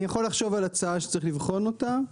אני יכול לחשוב על הצעה שצריך לבחון אותה,